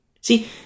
See